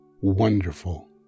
wonderful